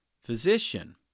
physician